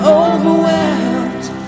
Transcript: overwhelmed